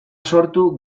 sortu